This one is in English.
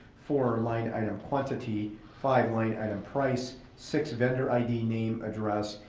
four, line item quantity. five, line item price. six, vendor id, name, address,